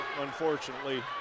unfortunately